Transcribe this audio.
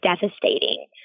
devastating